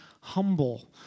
humble